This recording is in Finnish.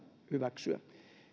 hyväksyä